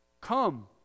come